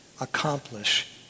accomplish